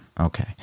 Okay